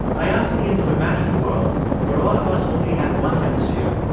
i asked iain to imagine a world where all of us only had one hemisphere,